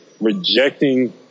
rejecting